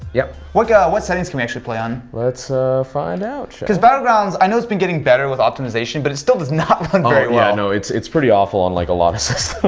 yep. what yeah what settings can we actually play on? let's find out. because battlegrounds, i know it's been getting better with optimization, but it still does not run very well. no, it's it's pretty awful on like a lot of